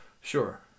Sure